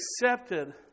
accepted